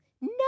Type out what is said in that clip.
No